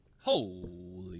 Holy